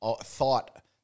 thought